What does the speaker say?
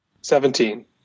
seventeen